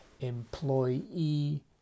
employee